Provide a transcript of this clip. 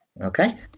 Okay